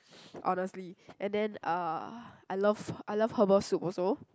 honestly and then uh I love I love herbal soup also